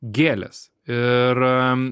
gėlės ir